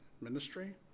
ministry